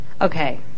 Okay